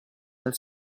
nel